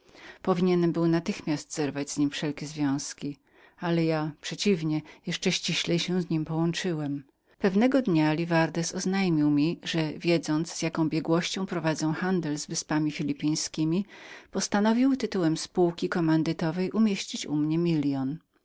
powinienem był natychmiast zerwać z nim wszelkie związki ale ja przeciwnie jeszcze ściślej się z nim połączyłem pewnego dnia livardez oznajmił mi że wiedząc z jaką biegłością prowadziłem handel z wyspami filipińskiemi postanowił sposobem komandyty umieścić u mnie milion